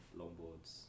longboards